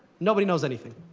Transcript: nobody knows anything.